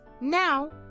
Now